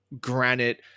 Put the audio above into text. granite